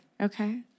Okay